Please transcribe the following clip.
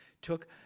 Took